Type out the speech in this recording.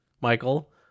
Michael